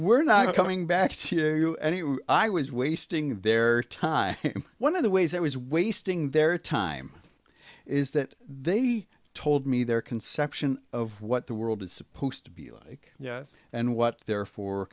we're not coming back to you anymore i was wasting their time one of the ways i was wasting their time is that they told me their conception of what the world is supposed to be like and what they're for